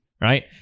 right